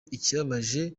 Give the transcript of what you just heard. ikibabaje